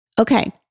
Okay